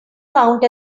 count